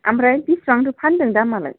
ओमफ्राय बेसेबांथो फानदों दामआलाय